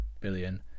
billion